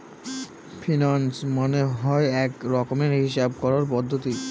finance মানে হয় এক রকমের হিসাব করার পদ্ধতি